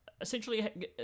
essentially